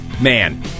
man